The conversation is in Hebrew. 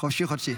חוק חשוב,